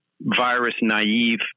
virus-naive